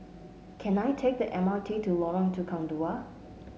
can I take the M R T to Lorong Tukang Dua